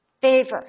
favor